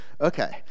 Okay